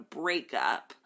breakup